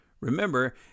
Remember